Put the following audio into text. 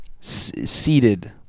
seated